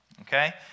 okay